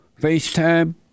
FaceTime